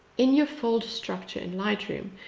in your fold structure in lightroom.